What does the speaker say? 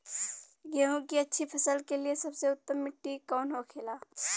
गेहूँ की अच्छी फसल के लिए सबसे उत्तम मिट्टी कौन होखे ला?